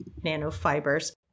nanofibers